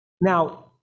Now